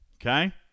Okay